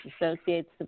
associates